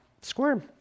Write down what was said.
squirm